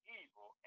evil